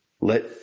Let